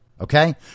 okay